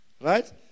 right